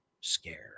scare